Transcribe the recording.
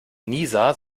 nieser